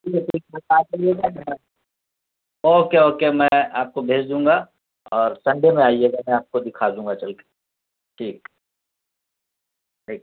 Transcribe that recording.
okay okay میں آپ کو بھیج دوں گا اور سنڈے میں آئیے گا میں آپ کو دکھا دوں گا چل کے ٹھیک ٹھیک